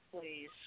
please